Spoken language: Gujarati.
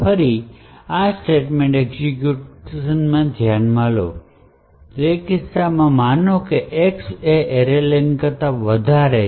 ફરી આ સ્ટેટમેંટ એક્ઝેક્યુશન ધ્યાનમાં લો પરંતુ તે કિસ્સામાં કે માનો કે X એ array len કરતાં વધારે છે